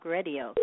Radio